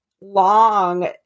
long